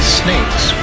snakes